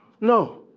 no